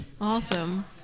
awesome